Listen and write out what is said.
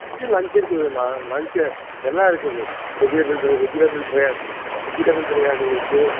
மதியம் லன்ச்சு இருக்குதுங்கம்மா லன்ச்சு எல்லாம் இருக்குது vegetable fry vegetable biryani vegetable biryani இருக்கு